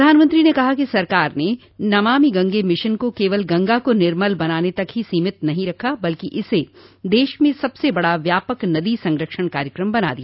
प्रधानमंत्री ने कहा कि सरकार ने नमामि गंगे मिशन को केवल गंगा को निर्मल बनाने तक ही सीमित नहीं रखा बल्कि इसे देश में सबसे बड़ा व्यापक नदी संरक्षण कार्यक्रम बना दिया